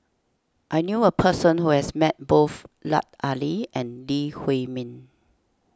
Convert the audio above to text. I knew a person who has met both Lut Ali and Lee Huei Min